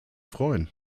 freuen